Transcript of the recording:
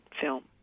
film